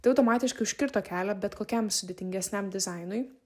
tai automatiškai užkirto kelią bet kokiam sudėtingesniam dizainui